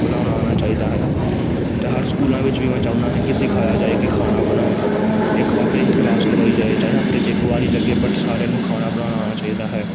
ਬਣਾਉਣਾ ਆਉਣਾ ਚਾਹੀਦਾ ਹੈ ਅਤੇ ਹਰ ਸਕੂਲਾਂ ਵਿੱਚ ਵੀ ਮੈਂ ਚਾਹੁੰਦਾ ਹਾਂ ਕਿ ਸਿਖਾਇਆ ਜਾਵੇ ਕਿ ਖਾਣਾ ਬਣਾਉਣਾ ਇੱਕ ਵੱਖਰੀ ਹੀ ਕਲਾਸ ਲਗਵਾਈ ਜਾਵੇ ਚਾਹੇ ਹਫਤੇ 'ਚ ਇੱਕ ਵਾਰੀ ਲੱਗੇ ਬਟ ਸਾਰਿਆਂ ਨੂੰ ਖਾਣਾ ਬਣਾਉਣਾ ਆਉਣਾ ਚਾਹੀਦਾ ਹੈ